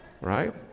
Right